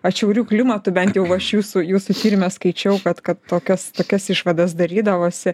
atšiauriu klimatu bent jau aš jūsų jūsų tyrime skaičiau kad kad tokias tokias išvadas darydavosi